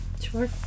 Sure